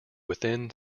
within